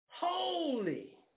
holy